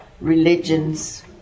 religions